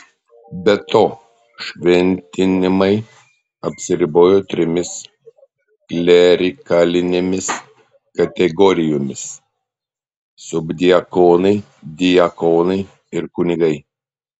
be to šventimai apsiribojo trimis klerikalinėmis kategorijomis subdiakonai diakonai ir kunigai